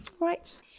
right